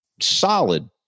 solid